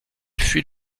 fuit